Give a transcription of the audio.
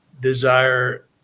desire